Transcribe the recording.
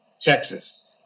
Texas